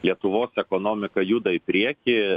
lietuvos ekonomika juda į priekį